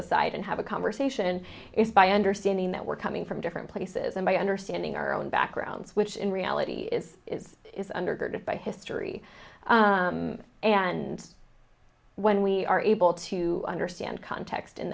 aside and have a conversation is by understanding that we're coming from different places and by understanding our own backgrounds which in reality is is undergirded by history and when we are able to understand context in